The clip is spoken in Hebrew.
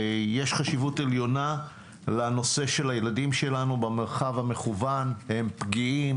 יש חשיבות עליונה לנושא של הילדים שלנו במרחב המקוון - הם פגיעים,